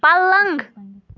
پلنٛگ